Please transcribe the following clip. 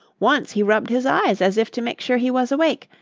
once he rubbed his eyes as if to make sure he was awake,